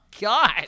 god